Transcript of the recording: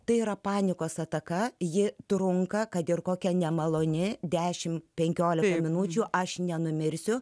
tai yra panikos ataka ji trunka kad ir kokia nemaloni dešim penkiolika minučių aš nenumirsiu